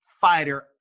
fighter